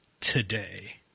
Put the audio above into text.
today